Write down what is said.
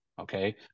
Okay